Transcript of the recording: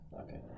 Okay